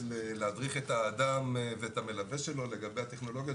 להדריך את האדם ואת המלווה שלו לגבי הטכנולוגיות,